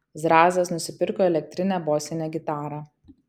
zrazas nusipirko elektrinę bosinę gitarą